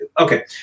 okay